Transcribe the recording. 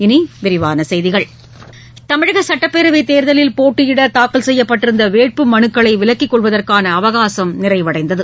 இனிவிரிவானசெய்திகள் தமிழகசட்டப்பேரவைதேர்தலில் போட்டியிடதாக்கல் செய்யப்பட்டிருந்தவேட்பு மனுக்களைவிலக்கிக் கொள்வதற்கானஅவகாசம் நிறைவடைந்தது